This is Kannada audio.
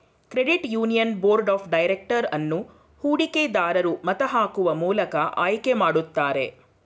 credit union board of director ಅನ್ನು ಹೂಡಿಕೆ ದರೂರು ಮತ ಹಾಕುವ ಮೂಲಕ ಆಯ್ಕೆ ಮಾಡುತ್ತಾರೆ